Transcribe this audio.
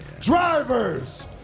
Drivers